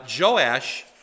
Joash